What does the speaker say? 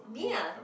me ah